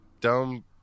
dumb